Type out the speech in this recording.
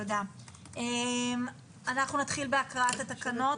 אנחנו נתחיל בהקראת התיקונים.